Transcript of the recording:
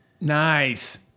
Nice